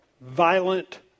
Violent